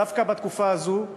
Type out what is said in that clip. דווקא בתקופה הזאת,